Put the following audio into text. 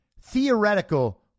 theoretical